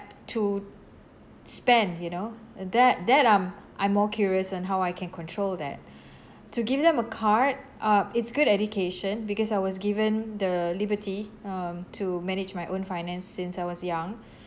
to spend you know uh that that um I more curious and how I can control that to give them a card uh it's good education because I was given the liberty um to manage my own finance since I was young